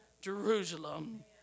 Jerusalem